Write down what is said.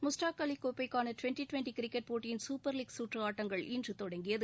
முஸ்டாக் அலி கோப்பைக்கான twenty twenty cricket போட்டியின் super league சுற்று ஆட்டங்கள் இன்று தொடங்கியது